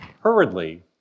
hurriedly